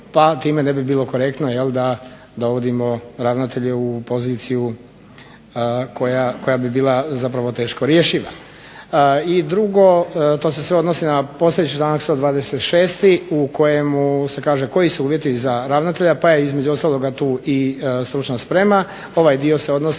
pa time ne bi bilo korektno, jel' da uvodimo ravnatelje u poziciju koja bi bila zapravo teško rješiva. I drugo. To se sve odnosi na postojeći članak 126. u kojemu se kaže koji su uvjeti za ravnatelja, pa je između ostaloga tu i stručna sprema. Ovaj dio se odnosi